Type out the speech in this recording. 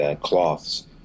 cloths